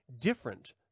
different